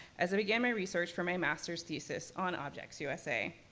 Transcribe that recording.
as i began my research for my master's thesis on objects usa,